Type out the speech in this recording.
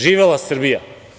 Živela Srbija.